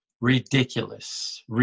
ridiculous